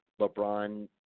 LeBron